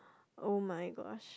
oh-my-gosh